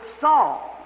Saul